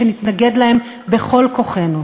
שנתנגד להן בכל כוחנו.